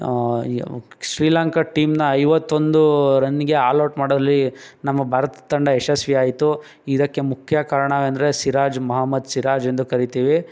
ಶ್ರೀಲಂಕಾ ಟೀಮನ್ನ ಐವತ್ತೊಂದು ರನ್ನಿಗೆ ಆಲ್ ಔಟ್ ಮಾಡೋಲಿ ನಮ್ಮ ಭಾರತ ತಂಡ ಯಶಸ್ವಿಯಾಯಿತು ಇದಕ್ಕೆ ಮುಖ್ಯ ಕಾರಣ ಎಂದರೆ ಸಿರಾಜ್ ಮೊಹಮ್ಮದ್ ಸಿರಾಜ್ ಎಂದು ಕರಿತೀವಿ